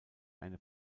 eine